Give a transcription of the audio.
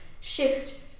shift